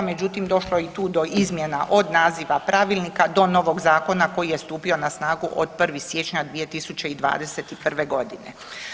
Međutim, došlo je i tu do izmjena od naziva pravilnika do novog zakona koji je stupio na snagu od 1. siječnja 2021.g.